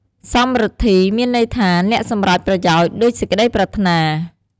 សំរិទ្ធី មានន័យថា អ្នកសម្រេចប្រយោជន៍ដូចសេចក្តីប្រាថ្នា។